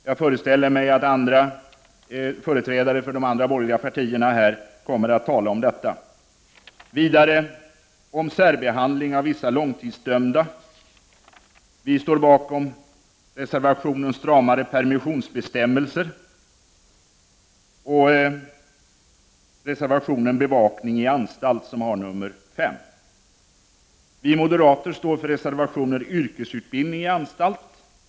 Jag föreställer mig att företrädare för de andra borgerliga partierna här kommer att tala om detta, liksom om särbehandling av vissa långtidsdömda. Vi står bakom reservationen om stramare permissionsbestämmelser och även bakom reservation nr 5 om bevakning i anstalt. Vi moderater står också bakom reservation 6 om yrkesutbildning i anstalt m.m.